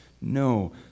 no